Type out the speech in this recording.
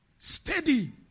Steady